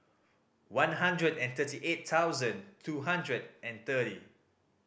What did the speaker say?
one hundred and thirty eight thousand two hundred and thirty